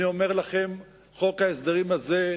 אני אומר לכם שחוק ההסדרים הזה,